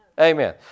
Amen